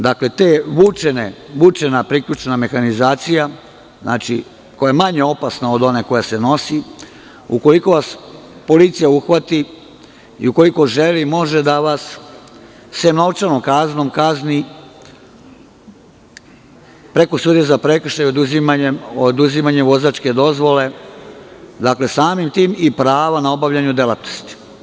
Dakle, ta vučena priključna mehanizacija, koja je manje opasna od one koja se nosi, ukoliko vas policija uhvati i ukoliko želi, može da vas novčanom kaznom kazni preko sudije za prekršaje oduzimanjem vozačke dozvole, dakle samim tim i prava na obavljanje delatnosti.